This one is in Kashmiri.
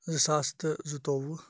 زٕ ساس تہٕ زٕتووُہ